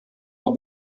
war